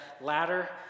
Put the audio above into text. ladder